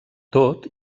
tot